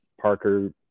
Parker